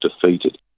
defeated